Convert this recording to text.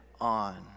on